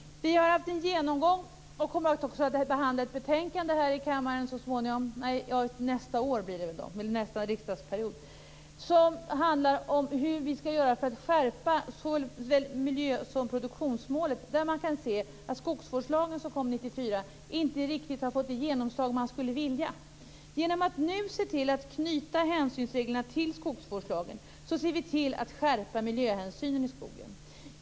Vi har haft en genomgång, och vi kommer så småningom också att behandla ett betänkande här i kammaren. Det blir nästa riksdagsperiod. Det handlar om hur vi skall göra för att skärpa såväl miljö som produktionsmålet. Man kan se att skogsvårdslagen som kom 1994 inte riktigt har fått det genomslag man skulle vilja. Genom att nu se till att knyta hänsynsreglerna till skogsvårdslagen skärper vi miljöhänsynen i skogen.